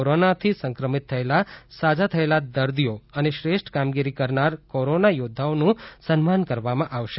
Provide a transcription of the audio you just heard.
corona થી સંક્રમિત થયેલા સજા થયેલા દર્દીઓ અને શ્રેષ્ઠ કામગીરી કરનાર કોરોના યોદ્વાઓનું સન્માન કરવામાં આવશે